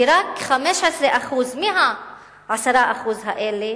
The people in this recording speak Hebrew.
ורק 15% מה-10% האלה